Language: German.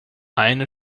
eine